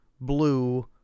blue